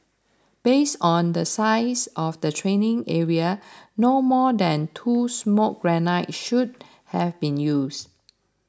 based on the size of the training area no more than two smoke grenades should have been used